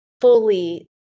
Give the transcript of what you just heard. fully